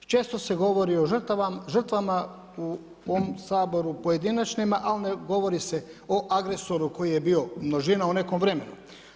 Često se govori o žrtvama o ovom saboru, pojedinačnima, a ne govori se o agresoru koji je bio množina u nekom vremenu.